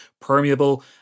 permeable